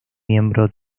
miembro